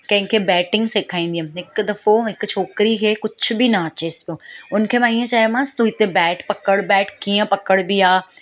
कंहिंखे बैटिंग सेखारींदी हुयमि हिकु दफ़ो हिक छोकिरी खे कुझु बि ना अचेसि पियो उन खे मां इहे चयोमांसि तूं हिते बैट पकिड़ि बैट कीअं पकिड़िबी आहे